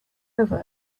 over